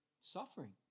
suffering